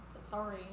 Sorry